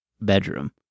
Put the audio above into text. bedroom